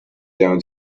down